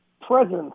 presence